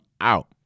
out